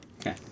Okay